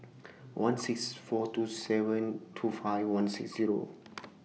one six four two seven two five one six Zero